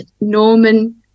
Norman